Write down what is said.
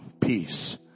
peace